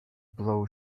blow